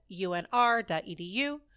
unr.edu